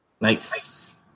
Nice